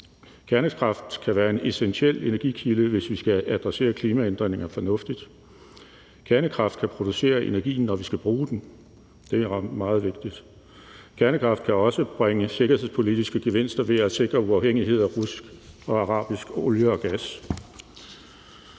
kernekraft kan være en essentiel energikilde, hvis vi skal adressere klimaændringerne fornuftigt; kernekraft kan producere energien, når vi skal bruge den – det er meget vigtigt; kernekraft kan også bringe sikkerhedspolitiske gevinster ved at sikre uafhængighed af russisk og arabisk olie og gas.